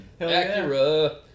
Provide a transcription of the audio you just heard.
Acura